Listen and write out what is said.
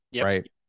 Right